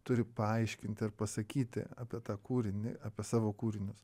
turi paaiškinti ar pasakyti apie tą kūrinį apie savo kūrinius